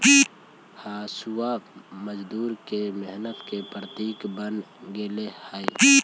हँसुआ मजदूर के मेहनत के प्रतीक बन गेले हई